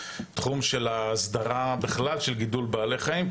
תחום של ההסדרה בכלל של גידול בעלי חיים,